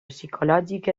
psicològic